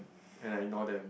yea yea ignore them